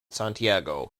santiago